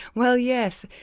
well yes.